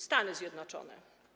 Stany Zjednoczone.